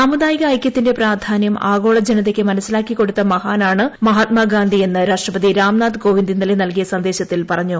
സാമുദായിക് ഐകൃത്തിന്റെ പ്രാധാന്യം ആഗോളജനതയ്ക്ക് മനസ്സിലാക്കിക്കൊടുത്ത മര്കുർണ്ണ് മഹാത്മാഗാന്ധി എന്ന് രാഷ്ട്രപതി രാംനാഥ് കോവിന്ദ് ഇന്നലെ ന്ത്ൽകിയ സന്ദേശത്തിൽ പറഞ്ഞു